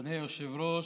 אדוני היושב-ראש,